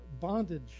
bondage